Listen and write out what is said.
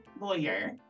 lawyer